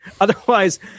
otherwise